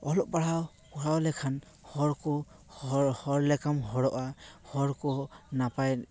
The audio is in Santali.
ᱚᱞᱚᱜ ᱯᱟᱲᱦᱟᱣ ᱠᱚᱨᱟᱣ ᱞᱮᱠᱷᱟᱱ ᱦᱚᱲ ᱠᱚ ᱦᱚᱲᱞᱮᱠᱟᱢ ᱦᱚᱲᱚᱜᱼᱟ ᱦᱚᱲᱠᱚ ᱱᱟᱯᱟᱭ